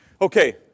Okay